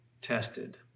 tested